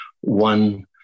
one